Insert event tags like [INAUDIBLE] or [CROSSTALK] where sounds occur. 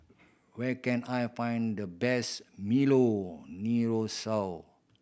where can I find the best milo [UNINTELLIGIBLE]